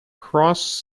cross